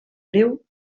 greu